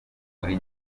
muri